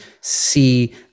see